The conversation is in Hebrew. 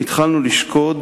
התחלנו לשקוד